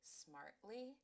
smartly